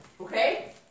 Okay